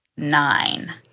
nine